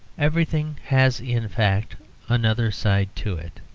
everything has in fact another side to it,